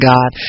God